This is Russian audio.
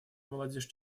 молодежь